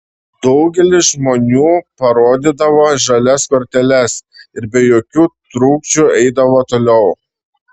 daugelis žmonių parodydavo žalias korteles ir be jokių trukdžių eidavo toliau